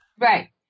Right